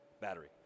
battery